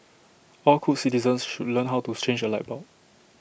all good citizens should learn how to change A light bulb